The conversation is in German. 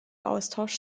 austausch